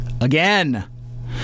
again